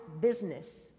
business